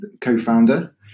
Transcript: co-founder